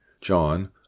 John